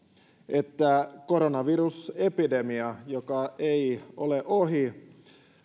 että koronavirusepidemia joka ei ole ohi